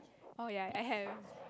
oh ya I have